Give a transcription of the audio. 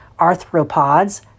arthropods